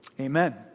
Amen